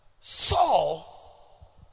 Saul